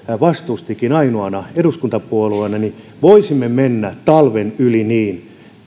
vastustikin ainoana eduskuntapuolueena ja mennä talven yli niin